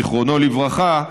זיכרונו לברכה,